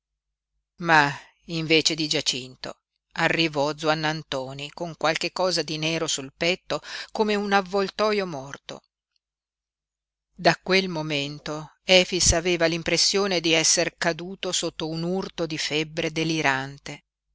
ma invece di giacinto arrivò zuannantoni con qualche cosa di nero sul petto come un avvoltoio morto da quel momento efix aveva l'impressione di esser caduto sotto un urto di febbre delirante